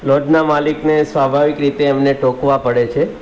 લોજના માલિકને સ્વાભાવિક રીતે એમને ટોકવા પડે છે